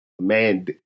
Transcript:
man